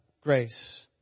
grace